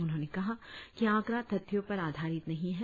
उन्होंने कहा कि आकड़ा तथ्यों पर आधारित नही है